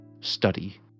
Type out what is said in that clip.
study